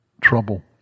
trouble